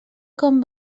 com